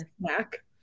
snack